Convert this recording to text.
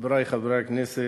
חברי חברי הכנסת,